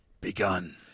begun